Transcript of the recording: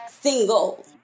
single